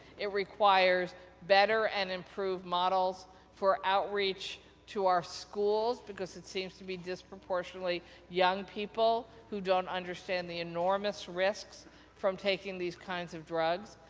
it requires better and improved model for outreach to our schools, because it seems to be disproportionately young people who don't understand the enormous risks from taking these kinds of drugs.